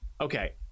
okay